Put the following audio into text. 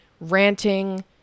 ranting